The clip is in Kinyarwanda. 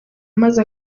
maze